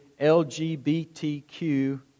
LGBTQ